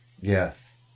Yes